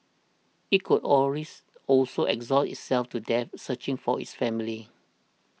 it could always also exhaust itself to death searching for its family